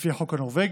לפי החוק הנורבגי.